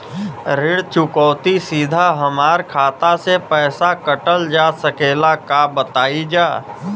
ऋण चुकौती सीधा हमार खाता से पैसा कटल जा सकेला का बताई जा?